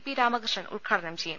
P Ramakrishnan ഉദ്ഘാടനം ചെയ്യും